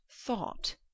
thought